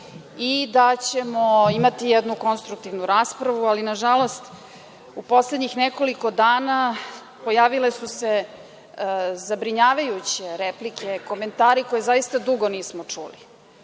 i da ćemo imati jednu konstruktivnu raspravu. Ali, nažalost, u poslednjih nekoliko dana pojavile su se zabrinjavajuće replike, komentari koje zaista dugo nismo čuli,